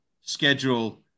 schedule